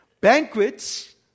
Banquets